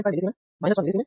node 1 వద్ద మనకు 1